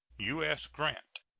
u s. grant.